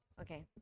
okay